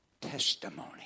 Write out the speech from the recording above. testimony